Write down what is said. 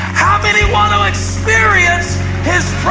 how many want to experience his